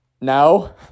no